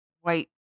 white